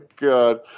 god